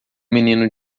menino